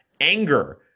Anger